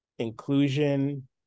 Inclusion